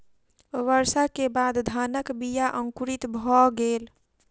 वर्षा के बाद धानक बीया अंकुरित भअ गेल